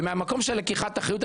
ומהמקום של לקיחת אחריות,